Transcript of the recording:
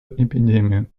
эпидемию